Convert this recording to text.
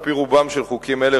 על-פי רובם של חוקים אלה,